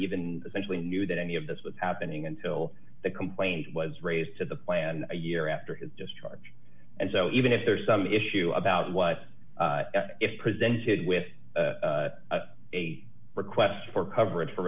even essentially knew that any of this was happening until the complaint was raised to the plan a year after his discharge and so even if there's some issue about what is presented with a request for coverage for